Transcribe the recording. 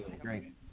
great